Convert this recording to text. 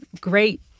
great